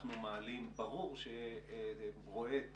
שאנחנו מעלים, ברור שרואה את